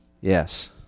Yes